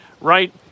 right